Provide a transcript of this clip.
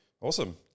Awesome